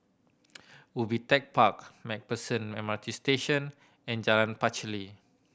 Ubi Tech Park Macpherson M R T Station and Jalan Pacheli